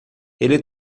ele